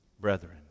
brethren